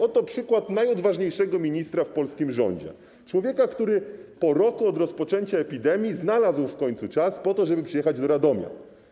Oto przykład najodważniejszego ministra w polskim rządzie, człowieka, który po roku od rozpoczęcia epidemii znalazł w końcu czas po to, żeby przyjechać do Radomia.